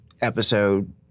episode